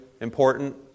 important